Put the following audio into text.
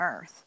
earth